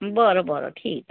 बरं बरं ठीक आहे